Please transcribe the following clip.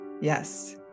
Yes